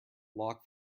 lock